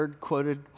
quoted